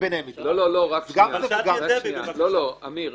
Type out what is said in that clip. אבל אמיר,